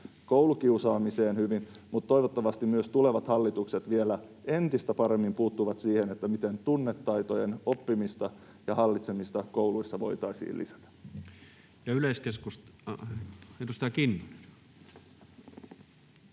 koulukiusaamiseen hyvin, mutta toivottavasti myös tulevat hallitukset vielä entistä paremmin puuttuvat siihen, miten tunnetaitojen oppimista ja hallitsemista kouluissa voitaisiin lisätä.